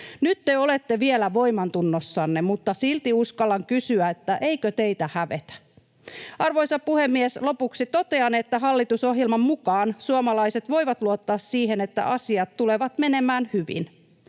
Nyt te olette vielä voimantunnossanne, mutta silti uskallan kysyä, eikö teitä hävetä. Arvoisa puhemies! Lopuksi totean, että hallitusohjelman mukaan suomalaiset voivat luottaa siihen, että asiat tulevat menemään hyvin.